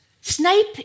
Snape